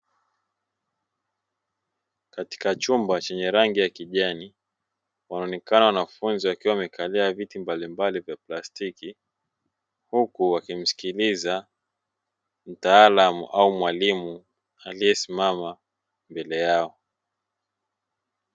Katika chumba chenye rangi ya kijani, wanaonekana wanafunzi wakiwa wamekalia viti mbalimbali vya plastiki, huku wakimsikiliza mtaalamu au mwalimu aliyesimama mbele yao.